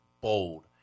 bold